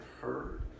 heard